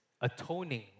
atoning